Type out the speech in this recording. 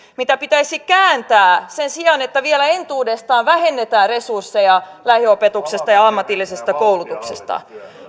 mikä pitäisi kääntää sen sijaan että vielä entuudestaan vähennetään resursseja lähiopetuksesta ja ammatillisesta koulutuksesta